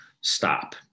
stop